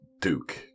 duke